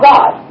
God